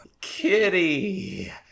Kitty